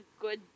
good